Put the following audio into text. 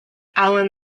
allan